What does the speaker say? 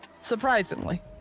Surprisingly